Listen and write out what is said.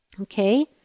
okay